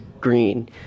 green